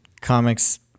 comics